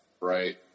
right